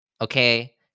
Okay